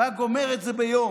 הוא היה גומר את זה ביום.